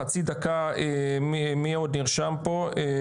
חצי דקה מי עוד נרשם פה?